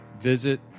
Visit